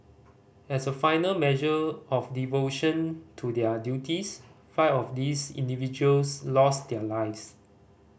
as a final measure of devotion to their duties five of these individuals lost their lives